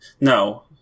No